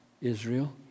Israel